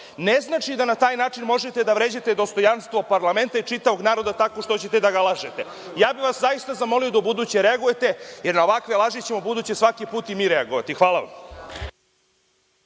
ne znači da na taj način možete da vređate dostojanstvo parlamenta i čitavog naroda tako što ćete da ga lažete. Zaista bih vas zamolio da ubuduće reagujete, jer na ovakve laži ćemo ubuduće svaki put i mi reagovati. Hvala vam.